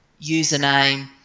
username